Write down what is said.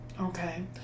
Okay